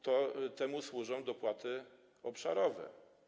Temu służą dopłaty obszarowe.